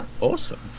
Awesome